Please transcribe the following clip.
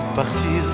partir